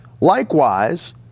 Likewise